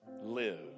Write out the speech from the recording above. Live